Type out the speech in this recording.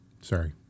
Sorry